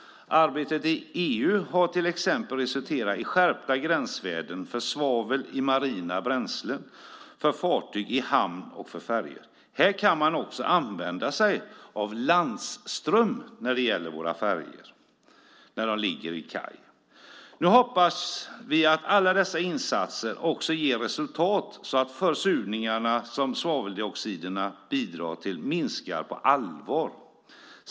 Arbetet i EU har till exempel resulterat i skärpta gränsvärden för svavel i marina bränslen för fartyg i hamn och färjor. Här kan man också använda sig av landström i våra färjor när de ligger vid kaj. Nu hoppas vi att alla dessa insatser verkligen också ger resultat så att den försurning som svaveloxiderna bidrar till minskar på allvar.